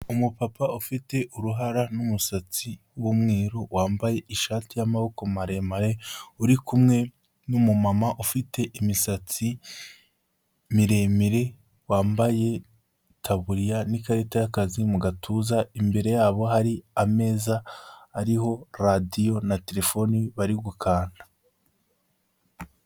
Umupapa ufite uruhara n'umusatsi w'umweru wambaye ishati y'amaboko maremare, uri kumwe n'umumama ufite imisatsi miremire, wambaye itaburiya n'ikarita y'akazi, mu gatuza. Imbere yabo hari ameza ariho radiyo na telefone bari gukanda.